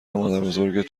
مادربزرگت